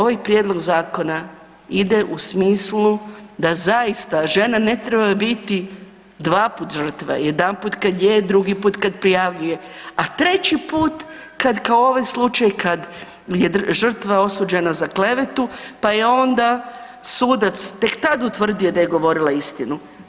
Ovaj prijedlog zakona ide u smislu da zaista žena ne treba biti dvaputa žrtva i jedanput kad je, drugi put kad prijavljuje, a treći put kad kao ovaj slučaj kad je žrtva osuđena za klevetu, pa je onda sudac tek tad utvrdio da je govorila istinu.